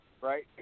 Right